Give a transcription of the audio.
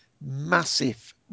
massive